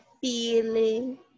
feeling